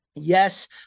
yes